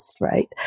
Right